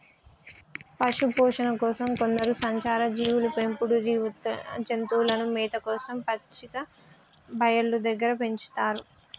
పశుపోషణ కోసం కొందరు సంచార జీవులు పెంపుడు జంతువులను మేత కోసం పచ్చిక బయళ్ళు దగ్గర పెంచుతారు